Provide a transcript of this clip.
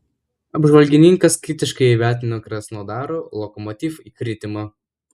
apžvalgininkas kritiškai įvertino krasnodaro lokomotiv kritimą